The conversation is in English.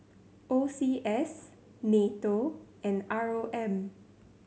O C S NATO and R O M